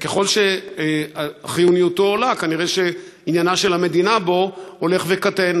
וככל שחיוניותו עולה נראה שעניינה של המדינה בו הולך וקטן.